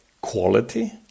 quality